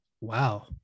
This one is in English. Wow